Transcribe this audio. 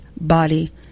body